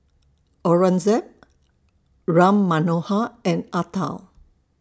Aurangzeb Ram Manohar and Atal